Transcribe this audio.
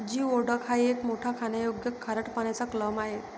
geoduck हा एक मोठा खाण्यायोग्य खारट पाण्याचा क्लॅम आहे